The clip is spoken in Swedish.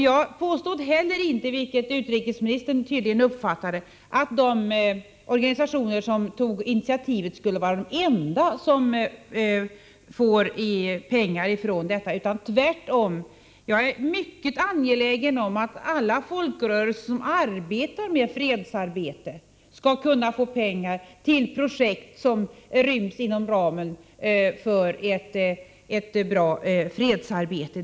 Jag påstod inte — vilket tydligen utrikesministern uppfattade — att de organisationer som tog initiativet skulle vara de enda som borde få pengar från fredslotteriet. Tvärtom är jag mycket angelägen om att alla folkrörelser som sysslar med fredsarbete skall kunna få pengar till projekt som ryms inom ramen för ett bra fredsarbete.